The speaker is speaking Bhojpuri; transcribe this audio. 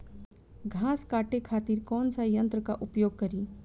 घास काटे खातिर कौन सा यंत्र का उपयोग करें?